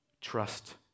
trust